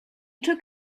took